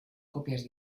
copias